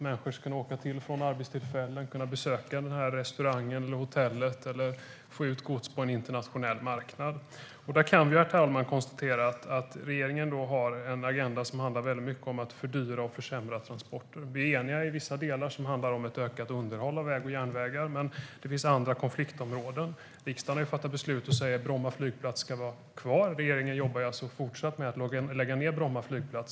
Människor ska kunna åka till och från arbetet, kunna besöka en restaurang eller ett hotell eller få ut gods på en internationell marknad. Där kan vi konstatera, herr talman, att regeringen har en agenda som handlar väldigt mycket om att fördyra och försämra transporter. Vi är eniga i vissa delar som handlar om ett ökat underhåll av väg och järnväg, men det finns andra konfliktområden. Riksdagen har fattat beslut och säger att Bromma flygplats ska vara kvar, men regeringen jobbar fortsatt med att lägga ned Bromma flygplats.